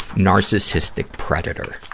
narcissistic predator.